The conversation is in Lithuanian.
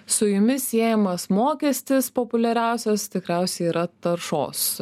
su jumis siejamas mokestis populiariausias tikriausiai yra taršos